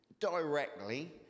directly